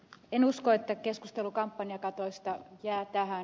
en usko että keskustelu kampanjakatoista jää tähän